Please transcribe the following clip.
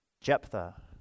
Jephthah